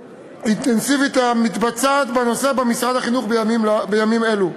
אינטנסיבית המתבצעת בנושא במשרד החינוך בימים אלו.